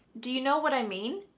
do you know what i mean?